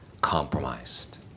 compromised